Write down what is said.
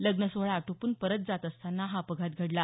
लम्नसोहळा आटोपून परत जात असताना हा अपघात घडला